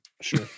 Sure